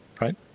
right